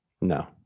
No